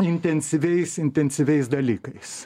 intensyviais intensyviais dalykais